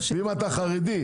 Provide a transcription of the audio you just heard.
אם אתה חרדי,